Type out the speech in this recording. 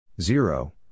Zero